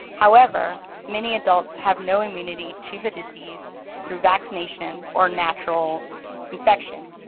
however, many adults have no immunity to the disease through vaccination or natural infection,